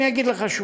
אגיד לך שוב,